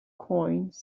coins